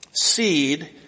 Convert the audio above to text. seed